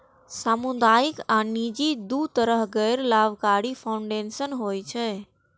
सामुदायिक आ निजी, दू तरहक गैर लाभकारी फाउंडेशन होइ छै